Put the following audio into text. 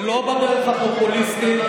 ולא בדרך הפופוליסטית.